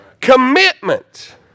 Commitment